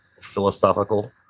philosophical